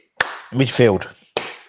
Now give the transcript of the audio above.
Midfield